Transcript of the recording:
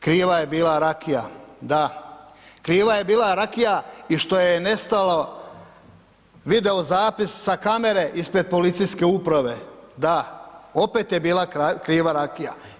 Kriva je bila rakija, da, kriva je bila rakija i što je nestao video zapis sa kamere ispred policijske uprave, da, opet je bila kriva rakija.